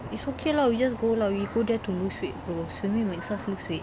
it's okay lah we just go lah we go there to lose weight hello swimming makes us lose weight